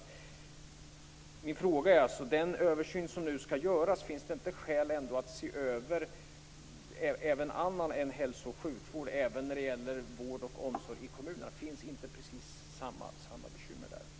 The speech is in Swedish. Min fråga är alltså: Finns det inte skäl att i den utvärdering som skall göras se över även annan verksamhet än hälso och sjukvård, t.ex. vård och omsorg i kommunerna? Finns inte precis samma bekymmer där?